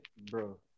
bro